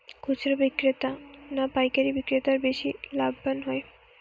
খুচরো বিক্রেতা না পাইকারী বিক্রেতারা বেশি লাভবান হয়?